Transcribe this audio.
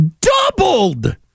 doubled